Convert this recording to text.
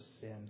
sin